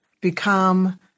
become